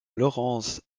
laurence